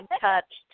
touched